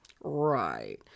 Right